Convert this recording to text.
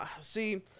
see